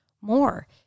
more